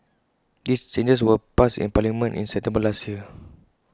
these changes were passed in parliament in September last year